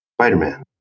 Spider-Man